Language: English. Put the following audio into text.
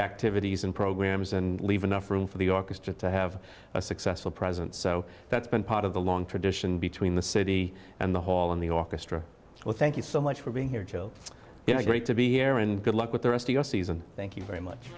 activities and programs and leave enough room for the orchestra to have a successful president so that's been part of the long tradition between the city and the hall and the orchestra well thank you so much for being here jill you know great to be here and good luck with the rest of our season thank you very much